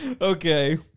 Okay